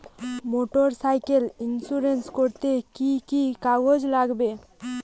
Motorcycle insurance করতে কি কি কাগজ লাগবে?